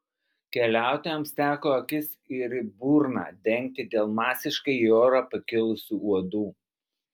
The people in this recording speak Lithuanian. keliautojams teko akis ir burną dengti dėl masiškai į orą pakilusių uodų